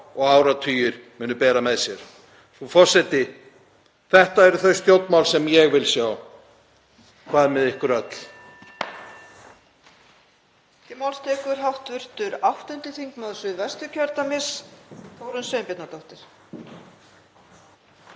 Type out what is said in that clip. og áratugir munu bera með sér. Frú forseti. Þetta eru þau stjórnmál sem ég vil sjá. Hvað með ykkur öll?